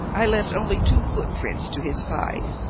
i left only two footprints to his five.